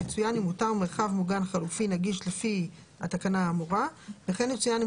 יצוין אם אותר מרחב מוגן חלופי נגיש לפי התקנה האמורה וכן יצוין אם